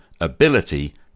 ability